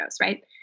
right